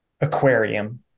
aquarium